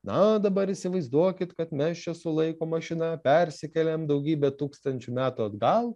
na dabar įsivaizduokit kad mes čia su laiko mašina persikeliam daugybę tūkstančių metų atgal